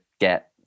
get